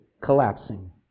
collapsing